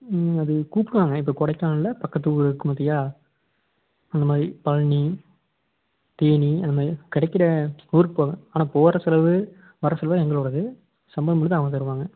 ம் அது கூப்பிடுவாங்க இப்போ கொடைக்கானலில் பக்கத்து ஊர் இருக்கும் பார்த்தியா அந்த மாதிரி பழனி தேனி அந்த மாதிரி கிடைக்கிற ஊருக்கு போவேன் ஆனால் போகிற செலவு வர செலவு எங்களோடது சம்பளம் மட்டும்தான் அவங்க தருவாங்க